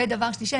ודבר שלישי,